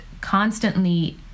constantly